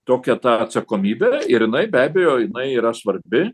tokia ta atsakomybė ir jinai be abejo jinai yra svarbi